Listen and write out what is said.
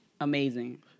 Amazing